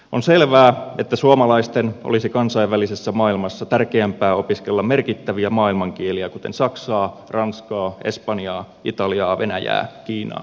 on selvää että suomalaisten olisi kansainvälisessä maailmassa tärkeämpää opiskella merkittäviä maailmankieliä kuten saksaa ranskaa espanjaa italiaa venäjää kiinaa ja japania